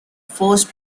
first